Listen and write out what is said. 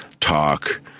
talk